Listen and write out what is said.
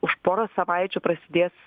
už poros savaičių prasidės